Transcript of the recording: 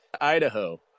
Idaho